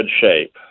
shape